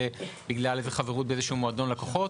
בגלל איזו חברות באיזשהו מועדון לקוחות.